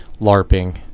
LARPing